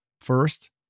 First